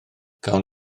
cawn